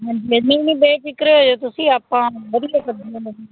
ਨਹੀਂ ਨਹੀਂ ਬੇਫਿਕਰੇ ਹੋ ਜਾਉ ਤੁਸੀਂ ਆਪਾਂ ਵਧੀਆ ਹੀ ਸਬਜ਼ੀਆਂ